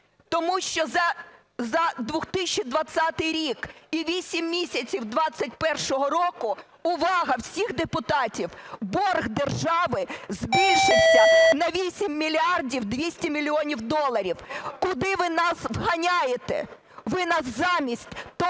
Тому що за 2020 рік і 8 місяців 21-го року, увага всіх депутатів, борг держави збільшився на 8 мільярдів 200 мільйонів доларів! Куди ви нас вганяєте?! Ви замість того, щоб